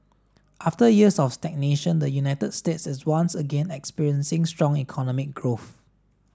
after years of stagnation the United States is once again experiencing strong economic growth